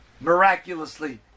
miraculously